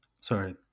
Sorry